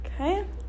Okay